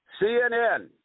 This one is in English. CNN